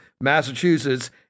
Massachusetts